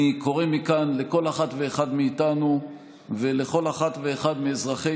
אני קורא מכאן לכל אחת ואחד מאיתנו ולכל אחת ואחד מאזרחי